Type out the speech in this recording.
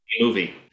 movie